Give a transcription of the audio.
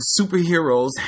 superheroes